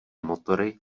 motory